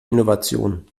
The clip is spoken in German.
innovation